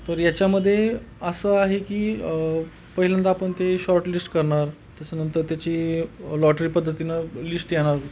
तर याच्यामध्ये असं आहे की पहिल्यांदा आपण ते शॉर्ट लिस्ट करणार त्याच्यानंतर त्याची लॉटरी पद्धतीनं लिस्ट येणार